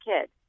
kid